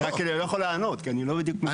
אני רק לא יכול לענות כי אני לא בדיוק מבין.